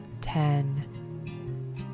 ten